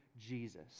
Jesus